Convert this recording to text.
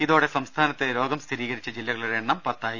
ഇതോടെ സംസ്ഥാനത്ത് രോഗം സ്ഥിരീകരിച്ച ജില്ലകളുടെ എണ്ണം പത്തായി